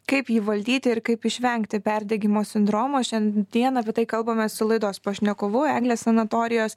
kaip jį valdyti ir kaip išvengti perdegimo sindromo šian dieną apie tai kalbamės su laidos pašnekovu eglės sanatorijos